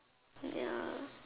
ya